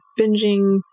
binging